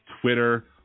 Twitter